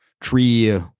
tree